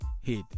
hit